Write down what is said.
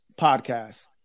podcast